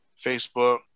Facebook